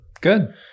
Good